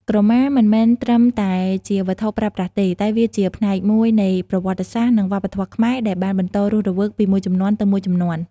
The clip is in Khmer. ក្រមាមិនមែនត្រឹមតែជាវត្ថុប្រើប្រាស់ទេ តែវាជាផ្នែកមួយនៃប្រវត្តិសាស្ត្រ និងវប្បធម៌ខ្មែរដែលបានបន្តរស់រវើកពីមួយជំនាន់ទៅមួយជំនាន់។